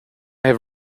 have